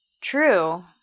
True